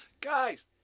Guys